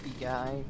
guy